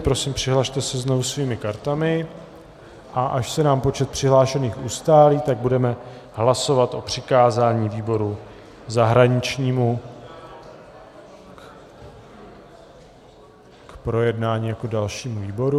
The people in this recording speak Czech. Prosím, přihlaste se znovu svými kartami, a až se nám počet přihlášených ustálí, tak budeme hlasovat o přikázání výboru zahraničnímu k projednání jako dalšímu výboru.